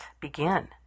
begin